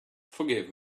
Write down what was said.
forgive